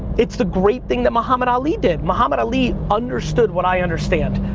it's the great thing that muhammad ali did. muhammad ali understood what i understand,